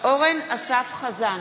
אורן אסף חזן,